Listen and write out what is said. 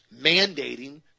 mandating